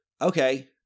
okay